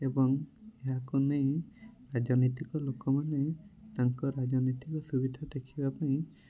ଏବଂ ଏହାକୁ ନେଇ ରାଜନୀତିକ ଲୋକମାନେ ତାଙ୍କର ରାଜନୀତିକ ସୁବିଧା ଦେଖିବା ପାଇଁ